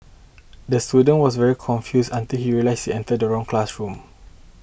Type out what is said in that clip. the student was very confuse until he realised he entered the wrong classroom